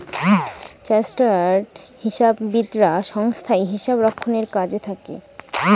chartered হিসাববিদরা সংস্থায় হিসাব রক্ষণের কাজে থাকে